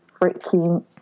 freaking